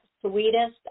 sweetest